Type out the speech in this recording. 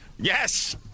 Yes